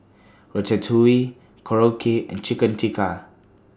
Ratatouille Korokke and Chicken Tikka